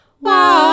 Wow